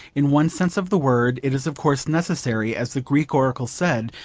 in one sense of the word it is of course necessary, as the greek oracle said,